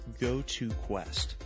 GoToQuest